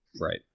Right